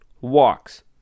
walks